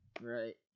Right